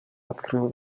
открыл